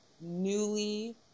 newly